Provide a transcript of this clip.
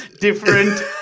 different